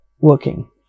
working